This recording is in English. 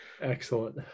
excellent